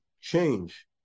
change